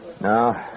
No